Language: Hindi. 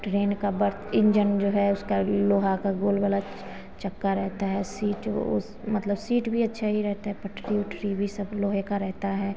ट्रेन का बर्थ इन्जन जो है उसका लोहा का गोल वाला चक्का रहता है सीट ओ मतलब सीट भी अच्छी ही रहती है पटरी उटरी भी सब लोहे की रहती है